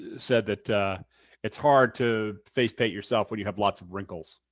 said that it's hard to face paint yourself when you have lots of wrinkles.